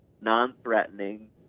non-threatening